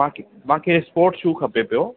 मूंखे मूंखे sport shoe खपे पियो